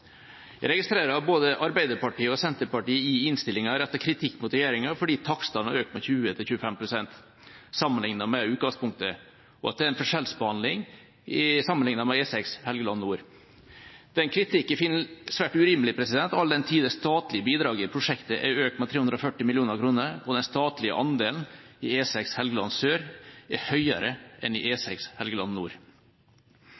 Jeg registrerer at både Arbeiderpartiet og Senterpartiet i innstillinga retter kritikk mot regjeringa fordi takstene har økt med 20–25 pst. sammenliknet med utgangspunktet, og at det er en forskjellsbehandling sammenliknet med E6 Helgeland nord. Det er en kritikk jeg finner svært urimelig, all den tid det statlige bidraget i prosjektet er økt med 340 mill. kr og den statlige andelen i E6 Helgeland sør er høyere enn i E6 Helgeland nord.